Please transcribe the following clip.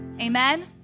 amen